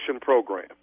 Program